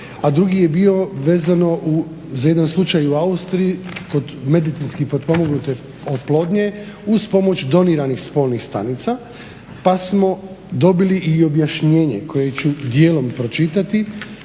a drugi je bio vezano za jedan slučaj u Austriji kod medicinski pomognute oplodnje uz pomoć doniranih spolnih stanica, pa smo dobili i objašnjenje koje ću dijelom pročitati